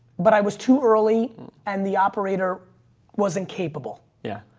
but i was too early and the operator wasn't capable. yeah.